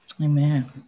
Amen